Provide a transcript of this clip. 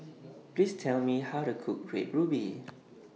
Please Tell Me How to Cook Red Ruby